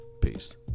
Peace